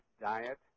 diet